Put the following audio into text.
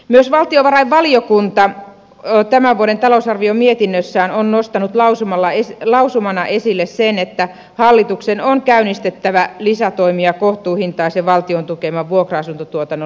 myös valtiovarainvaliokunta tämän vuoden talousarviomietinnössään on nostanut lausumana esille sen että hallituksen on käynnistettävä lisätoimia kohtuuhintaisen valtion tukeman vuokra asuntotuotannon lisäämiseksi